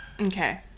Okay